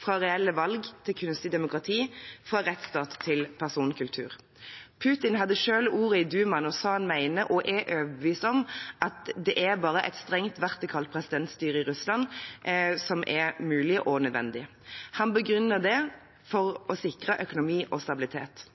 fra reelle valg til kunstig demokrati, fra rettsstat til personkultur. Putin hadde selv ordet i Dumaen og sa at han mener og er overbevist om at det bare er et strengt vertikalt presidentstyre i Russland som er mulig og nødvendig. Han begrunnet det med å sikre økonomi og stabilitet.